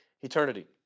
eternity